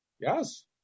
Yes